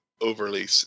overly